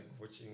watching